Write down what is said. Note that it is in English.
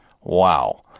Wow